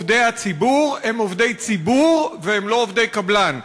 עובדי הציבור הם עובדי ציבור והם לא עובדי קבלן,